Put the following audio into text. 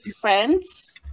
friends